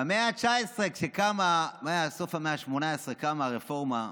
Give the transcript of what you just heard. במאה ה-19, סוף המאה ה-18, קמה הרפורמה.